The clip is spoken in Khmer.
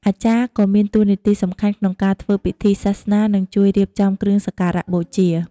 អាចារ្យក៏មានតួនាទីសំខាន់ក្នុងការធ្វើពិធីសាសនា និងជួយរៀបចំគ្រឿងសក្ការៈបូជា។